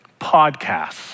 podcasts